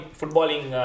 footballing